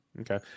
okay